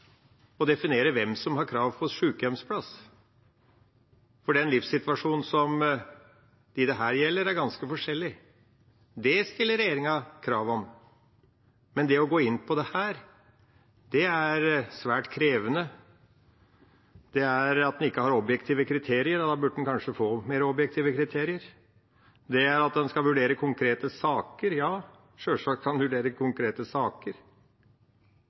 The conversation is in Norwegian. å definere hvem som har krav på sjukehjemsplass, for livssituasjonen til dem det her gjelder, er ganske forskjellig. Det stiller regjeringa krav om. Men å gå inn på det her er svært krevende. Det handler om at en ikke har objektive kriterier, og da burde en kanskje få mer objektive kriterier. Det handler om at en skal vurdere konkrete saker – ja, sjølsagt skal en vurdere konkrete saker.